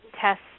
test